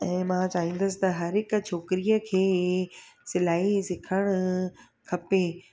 ऐं मां चाहींदसि त हर हिक छोकिरीअ खे सिलाई सिखणु खपे